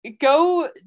go